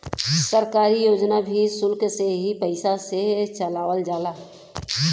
सरकारी योजना भी सुल्क के ही पइसा से चलावल जाला